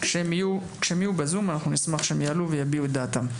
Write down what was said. כשהם יהיו בזום אנחנו נשמח שהם יעלו ויביעו את דעתם.